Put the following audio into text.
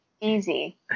easy